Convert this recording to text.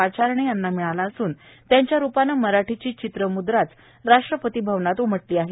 पाचारणेंना मिळाला असून त्यांच्या रूपाने मराठीची चित्रमुद्राच राष्ट्रपतीभवनात उमटली आहे